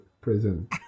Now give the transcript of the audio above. prison